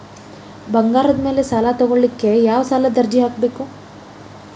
ಬಂಗಾರದ ಮ್ಯಾಲೆ ಸಾಲಾ ತಗೋಳಿಕ್ಕೆ ಯಾವ ಸಾಲದ ಅರ್ಜಿ ಹಾಕ್ಬೇಕು?